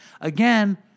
Again